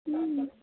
হ্যাঁ